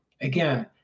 Again